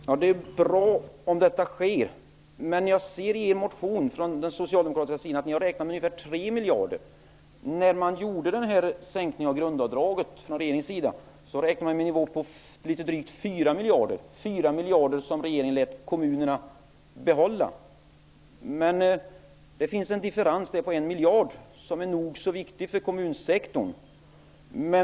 Herr talman! Det är bra om detta sker. Men i Socialdemokraternas motion kan jag se att det har räknats med 3 miljarder. När regeringen införde sänkningen av grundavdraget räknade de med en nivå på drygt 4 miljarder -- som man lät kommunerna behålla. Det finns en differens på 1 miljard som är nog så viktig för kommunsektorn.